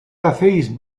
hacéis